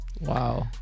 Wow